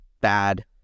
bad